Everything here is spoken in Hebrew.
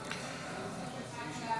לא נתקבלה.